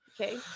Okay